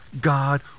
God